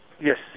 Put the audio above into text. Yes